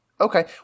Okay